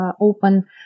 open